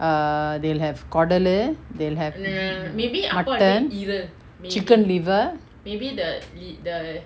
err they will have கொடலு:kodalu they will have mutton chicken liver